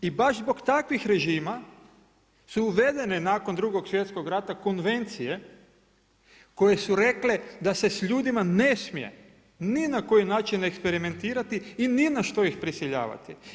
I baš zbog takvih režima su uvedene nakon Drugog svjetskog rata konvencije koje su rekle da se s ljudima ne smije ni na koji način eksperimentirati i ni na što ih prisiljavati.